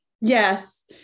Yes